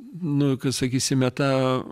nu sakysime tą